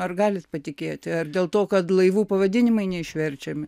ar galit patikėti ar dėl to kad laivų pavadinimai neišverčiami